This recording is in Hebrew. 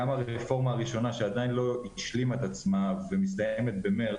גם הרפורמה הראשונה שעדיין לא השלימה את עצמה ומסתיימת במארס,